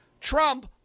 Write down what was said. Trump